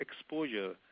exposure